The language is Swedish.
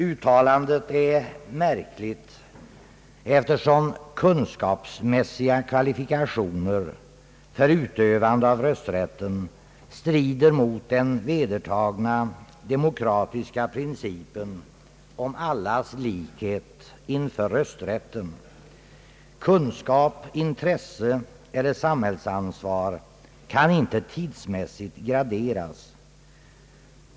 Uttalandet är märkligt, eftersom kunskapsmässiga kvalifikationer för utövande av rösträtten strider mot den vedertagna demokratiska principen om allas likhet inför rösträtten. Kunskap, intresse eller samhällsansvar kan inte tidsmässigt graderas.